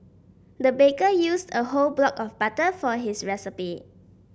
the baker used a whole block of butter for this recipe